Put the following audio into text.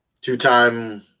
two-time